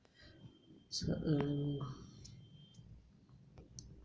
साधारण ब्याज गणना केवल मूल राशि, उस हिस्से पर की जाती है जो बची हुई है